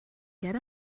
get